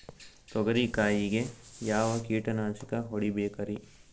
ತೊಗರಿ ಕಾಯಿಗೆ ಯಾವ ಕೀಟನಾಶಕ ಹೊಡಿಬೇಕರಿ?